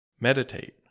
Meditate